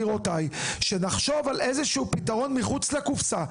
על איזה שהוא פתרון מחוץ לקופסה,